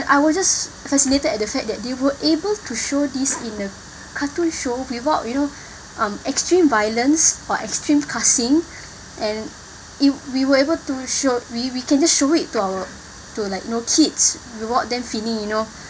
I was just fascinated at the fact that they were able to show these in a cartoon show without you know um extreme violence or extreme cussing and if we were able to show we we can just show it to our to like you know kids without them feeling you know